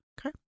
okay